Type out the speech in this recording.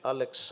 Alex